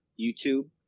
YouTube